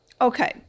Okay